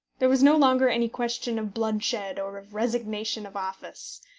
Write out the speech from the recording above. there was no longer any question of bloodshed or of resignation of office,